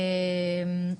ו' באדר א' תשפ"ב.